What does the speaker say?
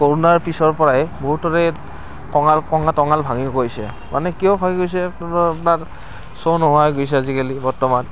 কৰোণাৰ পিছৰ পৰাই বহুতৰে কঙাল কঙা টঙাল ভাঙি পৰিছে মানে কিয় হৈ গৈছে এইটো আপোনাৰ শ্ব' নোহোৱা হৈ গৈছে আজিকালি বৰ্তমান